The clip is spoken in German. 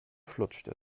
flutscht